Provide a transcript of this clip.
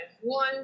One